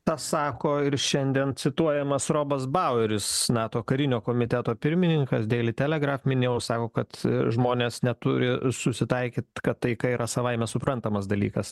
tą sako ir šiandien cituojamas romas baueris nato karinio komiteto pirmininkas deily telegraf minėjau sako kad žmonės neturi susitaikyt kad taika yra savaime suprantamas dalykas